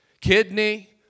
kidney